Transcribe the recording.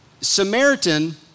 Samaritan